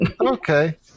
Okay